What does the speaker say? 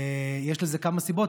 ויש לזה כמה סיבות.